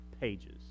pages